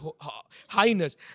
highness